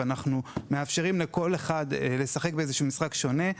ומאפשרים לכל אחד לשחק במשחק שונה.